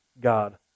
God